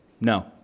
No